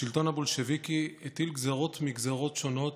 השלטון הבולשביקי הטיל גזרות מגזרות שונות,